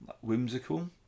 whimsical